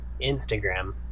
instagram